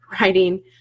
writing